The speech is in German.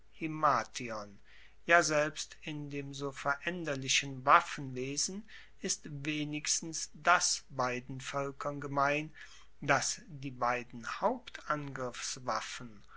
himation ja selbst in dem so veraenderlichen waffenwesen ist wenigstens das beiden voelkern gemein dass die beiden